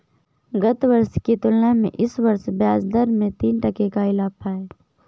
गत वर्ष की तुलना में इस वर्ष ब्याजदर में तीन टके का इजाफा है